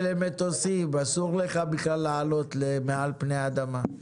אסור לך בכלל לעלות מעל פני האדמה.